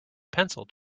pencil